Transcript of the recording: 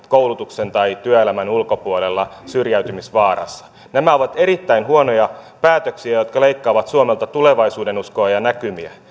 koulutuksen tai työelämän ulkopuolella syrjäytymisvaarassa nämä ovat erittäin huonoja päätöksiä jotka leikkaavat suomelta tulevaisuudenuskoa ja näkymiä